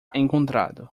encontrado